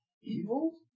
Evil